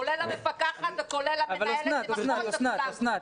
כולל המפקחת וכולל מנהלת המחוז וכולם.